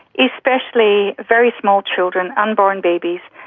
especially very small children, unborn babies,